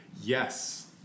yes